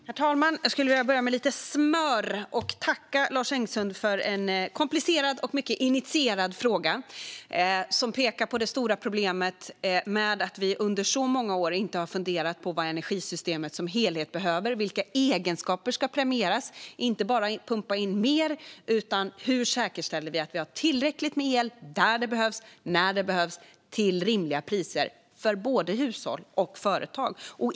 Herr talman! Jag skulle vilja börja med lite smör och tacka Lars Engsund för en komplicerad och mycket initierad fråga som pekar på det stora problemet med att vi under så många år inte har funderat på vad energisystemet som helhet behöver och vilka egenskaper som ska premieras - att vi inte bara pumpar in mer utan säkerställer hur vi har tillräckligt med el där det behövs och när det behövs till rimliga priser för både hushåll och företag.